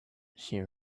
she